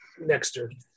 Nexter